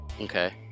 Okay